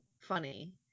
funny